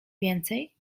więcej